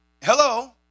Hello